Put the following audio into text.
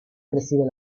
crecido